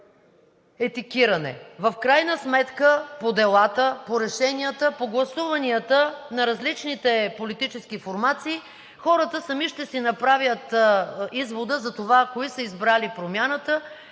етикиране. В крайна сметка по делата, по решенията, по гласуванията на различните политически формации хората сами ще си направят извода за това кои са избрали промяната